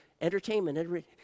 entertainment